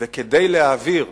וכדי להעביר,